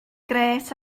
grêt